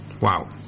wow